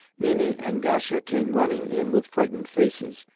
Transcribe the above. mimi and gasha came running in with frightened faces,